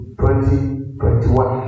2021